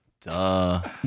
Duh